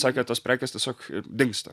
sakė tos prekės tiesiog dingsta